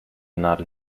nadel